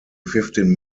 fifteen